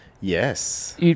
Yes